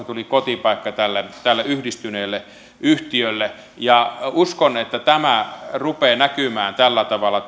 tuli kotipaikka tälle tälle yhdistyneelle yhtiölle uskon että tämä kilpailukykyinen yhteisöveron taso rupeaa näkymään tällä tavalla